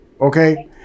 okay